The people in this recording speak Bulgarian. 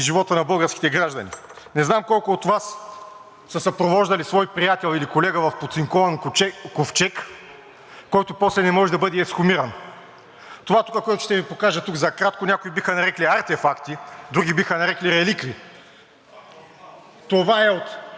който после не може да бъде ексхумиран. Това тук, което ще Ви покажа за кратко, някои биха нарекли артефакти, други биха нарекли реликви. (Показва.) Това е от бойните полета при Дойран, остатъци, проектили от английските снаряди с хиляди са хвърчали край ушите на българите.